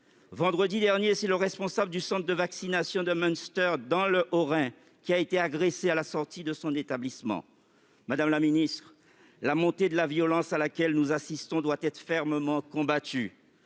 Vendredi dernier, c'est le responsable du centre de vaccination de Munster, dans le Haut-Rhin, qui a été agressé à la sortie de son établissement. Madame la ministre, la montée de la violence à laquelle nous assistons doit être fermement combattue.